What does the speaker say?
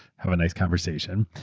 have a nice conversation.